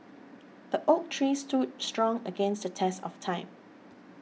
the oak tree stood strong against the test of time